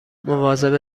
مواظب